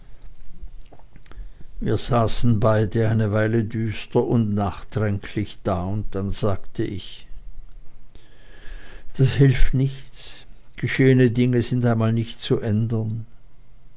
wir saßen beide eine weile düster und nachdenklich da dann sagte ich das hilft nichts geschehene dinge sind einmal nicht zu ändern